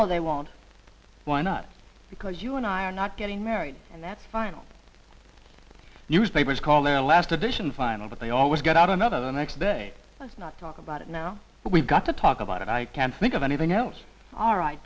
no they won't why not because you and i are not getting married and that's final newspapers called their last edition final but they always got out another the next day let's not talk about it now we've got to talk about it i can't think of anything else all ri